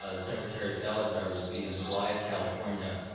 ah secretary salazar will be in blythe, california,